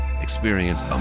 Experience